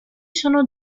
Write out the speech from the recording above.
sono